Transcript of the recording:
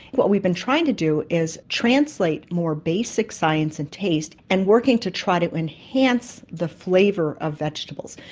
what we've been trying to do is translate more basic science and taste and working to try to enhance the flavour of vegetables,